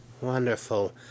Wonderful